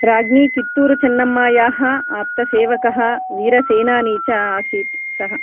राज्ञि कित्तूरु चेन्नम्मायाः आप्तसेवकः वीरसेनानी च आसीत् सः